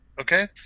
okay